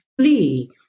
flee